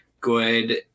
good